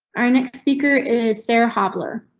our next speaker is sarah hobler.